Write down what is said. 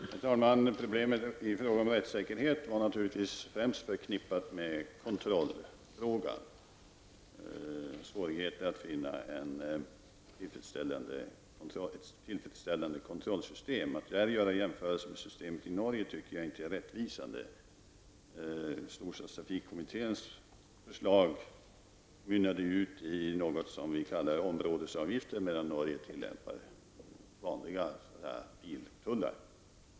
Herr talman! Problemet med rättssäkerheten var naturligtvis främst förknippat med frågan om kontroll, dvs. svårigheten att finna ett tillfredsställande kontrollsystem. Att här göra en jämförelse med systemet i Norge tycker jag inte är rättvisande. Storstadstrafikkommitténs förslag mynnade ut i något som vi kallar områdesavgifter medan man i Norge tillämpar vanliga biltullar.